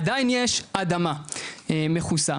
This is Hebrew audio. עדיין יש אדמה מכוסה,